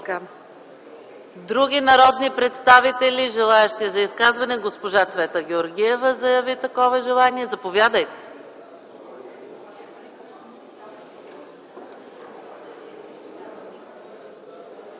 Други народни представители, желаещи изказване? Госпожа Цвета Георгиева заяви такова желание. Заповядайте.